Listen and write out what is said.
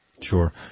Sure